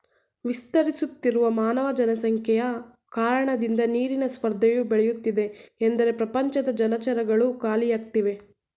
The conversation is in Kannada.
ವಿಸ್ತರಿಸುತ್ತಿರುವ ಮಾನವ ಜನಸಂಖ್ಯೆಯ ಕಾರಣದಿಂದ ನೀರಿನ ಸ್ಪರ್ಧೆಯು ಬೆಳೆಯುತ್ತಿದೆ ಎಂದರೆ ಪ್ರಪಂಚದ ಜಲಚರಗಳು ಖಾಲಿಯಾಗ್ತಿವೆ